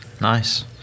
Nice